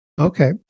Okay